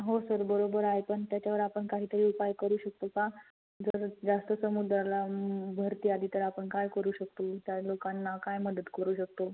हो सर बरोबर आहे पण त्याच्यावर आपण काहीतरी उपाय करू शकतो का जर जास्त समुद्राला भरती आली तर आपण काय करू शकतो त्या लोकांना काय मदत करू शकतो